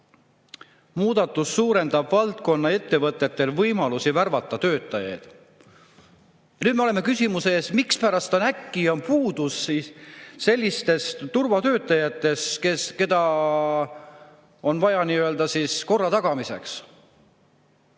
muudatus suurendab valdkonna ettevõtetel võimalusi värvata töötajaid. Ja nüüd me oleme küsimuse ees, mispärast on äkki puudus sellistest turvatöötajatest, keda on vaja korra tagamiseks.